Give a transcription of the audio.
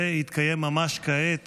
והתקיים ממש כעת